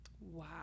Wow